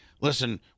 listen